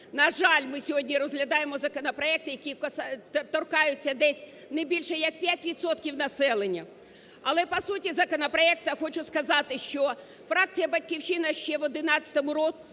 На жаль, ми сьогодні розглядаємо законопроекти, які торкаються десь не більше, як 5 відсотків населення. Але по суті законопроекту хочу сказати, що фракція "Батьківщина" ще в 2011 році,